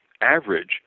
average